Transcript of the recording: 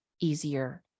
easier